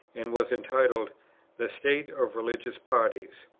and was entitled the state of religious parties.